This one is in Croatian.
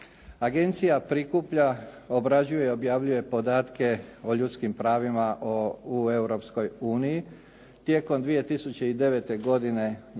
Agencija prikuplja, obrađuje i objavljuje podatke o ljudskim pravima u Europskoj uniji. Tijekom 2009. godine